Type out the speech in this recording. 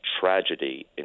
tragedy